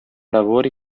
lavori